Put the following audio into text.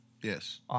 Yes